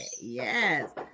Yes